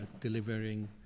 delivering